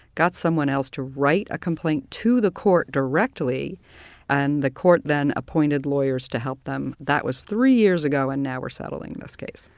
got someone else to write a complaint to the court directly and they court then appointed lawyers to help them. that was three years ago and now we're settling this case.